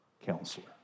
counselor